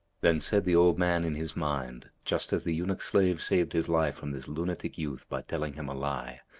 then said the old man in his mind, just as the eunuch-slave saved his life from this lunatic youth by telling him a lie,